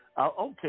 Okay